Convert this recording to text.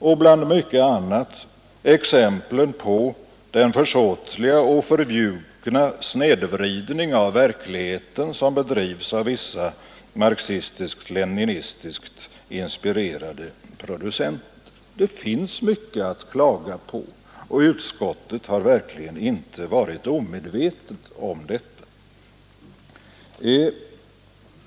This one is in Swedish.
Tag bland mycket annat exemplen på den försåtliga och förljugna snedvridning av verkligheten som bedrivs av vissa marxistiskt-leninistiskt inspirerade producenter! Det finns mycket att klaga på, och utskottet har verkligen inte varit omedvetet om detta.